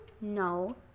No